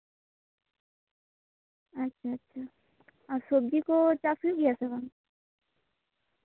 ᱟᱪᱪᱷᱟ ᱟᱪᱪᱷᱟ ᱟᱨ ᱥᱚᱵᱡᱤ ᱠᱚ ᱪᱟᱥ ᱦᱩᱭᱩᱜ ᱜᱮᱭᱟ ᱥᱮ ᱵᱟᱝ